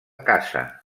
caça